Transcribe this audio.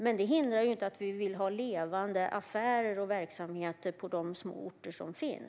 Men det hindrar ju inte att vi vill ha levande affärer och verksamheter på de små orterna.